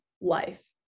life